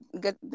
good